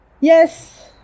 Yes